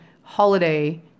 holiday